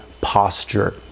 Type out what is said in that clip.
Posture